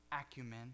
acumen